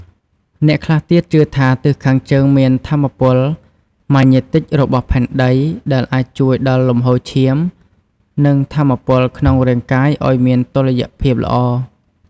អ្នកខ្លះទៀតជឿថា ទិសខាងជើងមានថាមពលម៉ាញេទិចរបស់ផែនដី ដែលអាចជួយដល់លំហូរឈាម និងថាមពលក្នុងរាងកាយឱ្យមានតុល្យភាពល្អ។